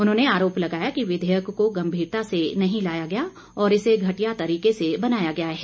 उन्होंने आरोप लगाया कि विधेयक को गंभीरता से नहीं लाया गया और इसे घटिया तरीके से बनाया गया है